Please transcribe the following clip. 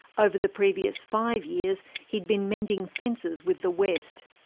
over the previous five years, he had been mending fences with the west.